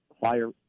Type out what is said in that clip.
fire